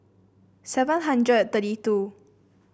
seven hundred and thirty two